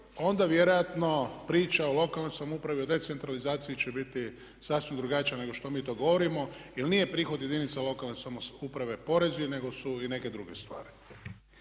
onda vjerojatno priča o lokalnoj samoupravi, o decentralizaciji će biti sasvim drugačija nego što mi to govorimo. Jer nije prihod jedinica lokalne samouprave porezi, nego su i neke druge stvari.